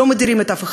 לא מדירים אף אחד,